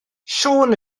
siôn